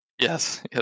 Yes